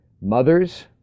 mothers